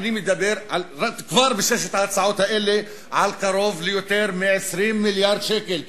אני מדבר כבר בשש ההצעות האלה על יותר מ-20 מיליארד שקל.